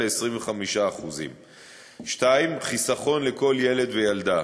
ל-25%; 2. חיסכון לכל ילד וילדה,